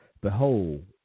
behold